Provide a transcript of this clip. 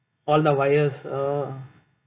all the wires oh